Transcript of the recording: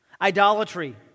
idolatry